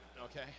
Okay